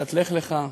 פרשת לך לך,